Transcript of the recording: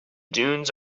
dunes